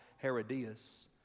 Herodias